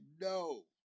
No